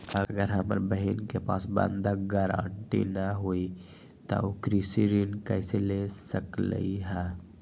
अगर हमर बहिन के पास बंधक गरान्टी न हई त उ कृषि ऋण कईसे ले सकलई ह?